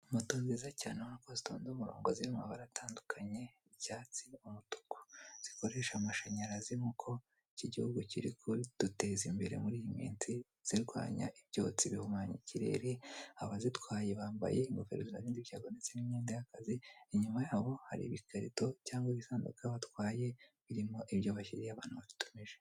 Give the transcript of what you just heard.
Moto nziza cyane urabona ko zitonze umurongo ziri mu mabara atandukanye icyatsi umutuku, zikoresha amashanyarazi nkuko iki gihugu kiri kuduteza imbere muri iyi minsi zirwanya ibyotsi bihumanya ikirere, abazitwaye bambaye ingofero zibarinda ibyago ndetse n'imyenda y'akazi, inyuma yabo hari ibikarito cyangwa ibisanduka batwaye birimo ibyo bashyiriye abantu babitumuje.